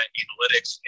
analytics